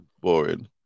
boring